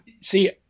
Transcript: see